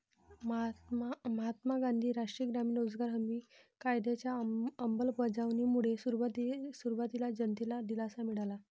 महात्मा गांधी राष्ट्रीय ग्रामीण रोजगार हमी कायद्याच्या अंमलबजावणीमुळे सुरुवातीला जनतेला दिलासा मिळाला